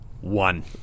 One